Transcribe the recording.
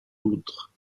poudre